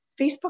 Facebook